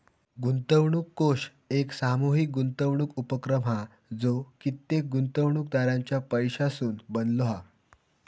गुंतवणूक कोष एक सामूहीक गुंतवणूक उपक्रम हा जो कित्येक गुंतवणूकदारांच्या पैशासून बनलो हा